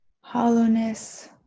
hollowness